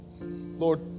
Lord